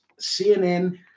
CNN